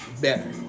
better